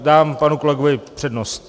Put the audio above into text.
Dám panu kolegovi přednost.